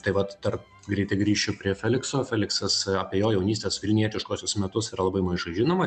tai vat tarp greitai grįšiu prie felikso feliksas jo jaunystės vilnietiškosios metus yra labai mažai žinoma